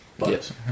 Yes